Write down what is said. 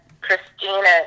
Christina